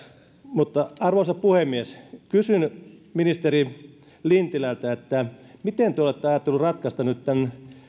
arvoisa puhemies kysyn ministeri lintilältä miten te olette ajatellut ratkaista nyt tämän